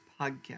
podcast